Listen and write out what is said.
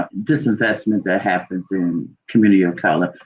disinvestment that happens in communities of color,